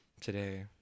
today